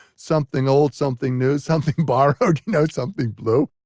something old, something new, something borrowed, you know, something blue.